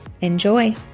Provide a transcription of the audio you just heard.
Enjoy